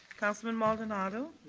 councilman maldonado.